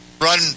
run